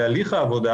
להליך העבודה